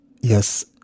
Yes